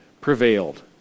prevailed